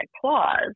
clause